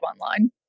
online